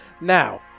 Now